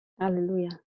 Hallelujah